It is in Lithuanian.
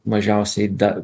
mažiausiai dar